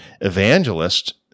evangelist